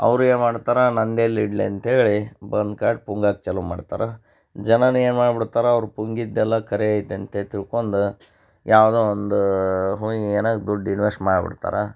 ಅವ್ರೇನು ಮಾಡ್ತಾರೆ ನಂದೆಲ್ಲಿ ಇಡಲಿ ಅಂತ ಹೇಳಿ ಬಂದು ಪುಂಗಕ್ಕೆ ಚಾಲೂ ಮಾಡ್ತಾರೆ ಜನನೂ ಏನು ಮಾಡ್ಬಿಡ್ತಾರೆ ಅವ್ರು ಪುಂಗಿದ್ದೆಲ್ಲ ಖರೆ ಐತೆ ಇದೆ ಅಂತೆ ತಿಳ್ಕೊಂಡ್ ಯಾವುದೋ ಒಂದು ಹುಯಿನಗ್ ದುಡ್ಡು ಇನ್ವೆಶ್ಟ್ ಮಾಡ್ಬಿಡ್ತಾರೆ